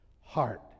heart